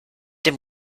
dem